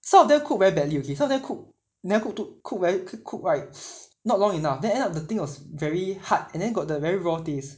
some of them cook very badly okay some of them cook never co~ thro~ cook ver~ cook rice not long enough then end up thing was very hard and then got the very raw taste